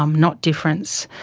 um not difference.